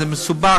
זה מסובך,